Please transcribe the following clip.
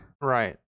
Right